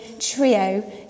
trio